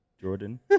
Jordan